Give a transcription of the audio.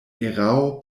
erao